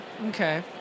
okay